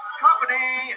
company